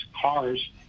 cars